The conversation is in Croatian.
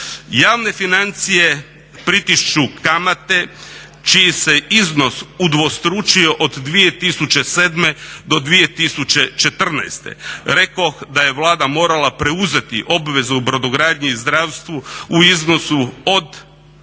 Javne financije pritišću kamate čiji se iznos udvostručio od 2007. do 2014. Rekoh da je Vlada morala preuzeti obvezu u brodogradnji i zdravstvu u iznosu od